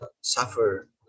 suffer